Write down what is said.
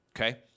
Okay